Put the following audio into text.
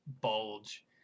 bulge